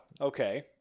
Okay